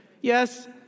Yes